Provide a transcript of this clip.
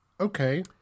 Okay